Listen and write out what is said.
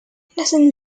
anderson